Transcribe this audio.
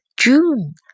June